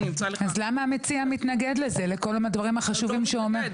אז למה המציע מתנגד לזה לכל הדברים החשובים שהוא אומר?